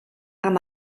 amb